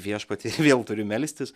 viešpatie ir vėl turiu melstis